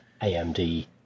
AMD